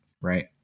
right